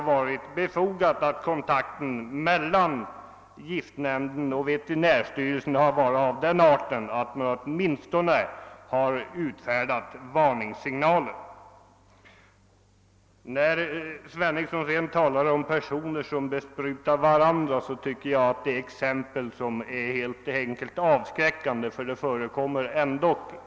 Kontakten mellan giftnämnden och = veterinärstyrelsen borde åtminstone vara så god att man utfärdade varningar. Herr Henningsson talar om personer som råkat spruta giftet på varandra. Jag tycker att detta är en avskräckande historia i och för sig.